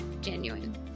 genuine